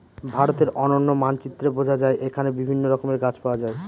ভারতের অনন্য মানচিত্রে বোঝা যায় এখানে বিভিন্ন রকমের গাছ পাওয়া যায়